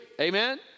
amen